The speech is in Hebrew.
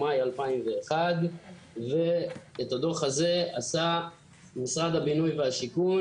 מאי 2001. ואת הדוח הזה עשה משרד הבינוי והשיכון,